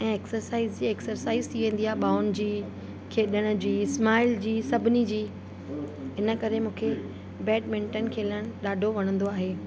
ऐं एक्सरसाइज़ जी एक्सरसाइज़ थी वेंदी आहे बाहुनि जी खेॾण जी स्माइल जी सभिनी जी इनकरे मूंखे बैडमिंटन खेलण ॾाढो वणंदो आहे